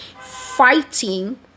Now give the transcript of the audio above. fighting